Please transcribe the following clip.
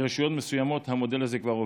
ברשויות מסוימות המודל הזה כבר עובד,